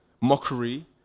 mockery